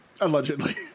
Allegedly